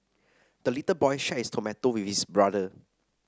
the little boy shared his tomato with his brother